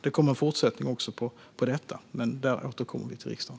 Det kommer en fortsättning även för detta, och vi återkommer till riksdagen.